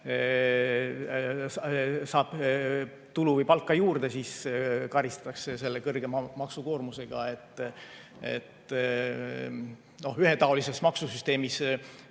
saab tulu või palka juurde, siis karistatakse teda [suurema] maksukoormusega. Ühetaolises maksusüsteemis